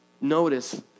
notice